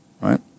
right